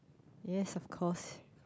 yes of course